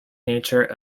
nature